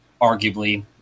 arguably